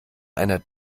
einer